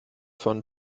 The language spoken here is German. von